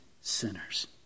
sinners